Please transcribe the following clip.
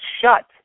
shut